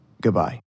Goodbye